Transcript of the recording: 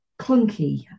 clunky